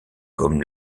comme